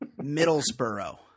Middlesboro